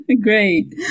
Great